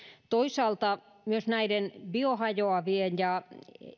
toisaalta myös näiden biohajoavien ja